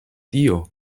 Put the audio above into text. tio